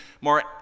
more